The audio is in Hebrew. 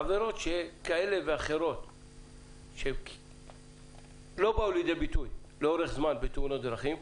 עבירות כאלה ואחרות שלא באו לידי ביטוי לאורך זמן בתאונות דרכים,